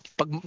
pag